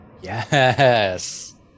Yes